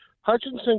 Hutchinson